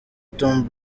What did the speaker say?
tom